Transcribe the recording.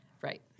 Right